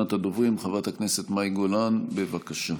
ראשונת הדוברים, חברת הכנסת מאי גולן, בבקשה.